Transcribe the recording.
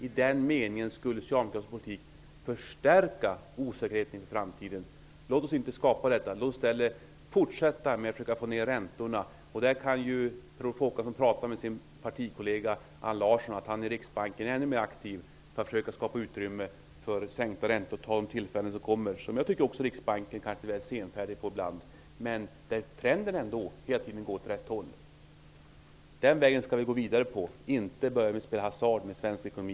I den meningen skulle socialdemokratisk politik förstärka osäkerheten inför framtiden. Låt oss inte medverka till detta. Låt oss i stället fortsätta att försöka få ner räntorna. Per Olof Håkansson kan ju prata med sin partikollega Allan Larsson, så att han är ännu mer aktiv i Riksbanken och försöker skapa utrymme för sänkta räntor och ta de tillfällen som kommer. Riksbanken har kanske varit litet senfärdig ibland, men nu går trenden åt rätt håll. Vi skall gå vidare på den vägen och inte börja spela hasard med svensk ekonomi.